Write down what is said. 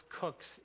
cooks